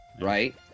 Right